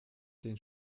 den